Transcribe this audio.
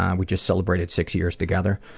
and we just celebrated six years together,